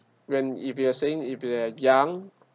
when if you are saying if you are young